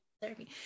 therapy